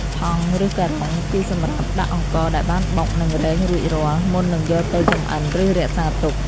ថង់ ឬការ៉ុង គឺសម្រាប់ដាក់អង្ករដែលបានបុក និងរែងរួចរាល់ មុននឹងយកទៅចម្អិន ឬរក្សាទុក។